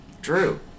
Drew